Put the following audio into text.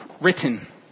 written